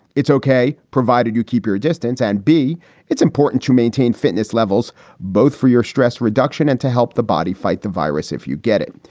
it's ok provided you keep your distance and b it's important to maintain fitness levels both for your stress reduction and to help the body fight the virus if you get it.